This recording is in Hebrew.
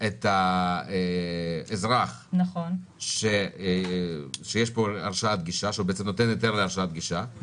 את האזרח שהוא נותן פה היתר להרשאת גישה,